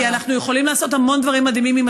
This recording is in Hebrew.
כי אנחנו יכולים לעשות המון דברים מדהימים עם